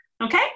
okay